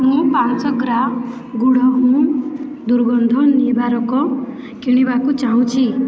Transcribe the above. ମୁଁ ପାଞ୍ଚଶହ gram good home ଦୁର୍ଗନ୍ଧ ନିବାରକ କିଣିବାକୁ ଚାହୁଁଛି